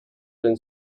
than